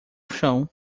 chão